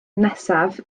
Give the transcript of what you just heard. nesaf